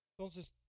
Entonces